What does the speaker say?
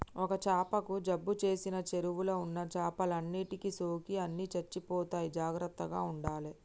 ఒక్క చాపకు జబ్బు చేసిన చెరువుల ఉన్న చేపలన్నిటికి సోకి అన్ని చచ్చిపోతాయి జాగ్రత్తగ ఉండాలే